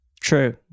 True